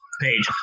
page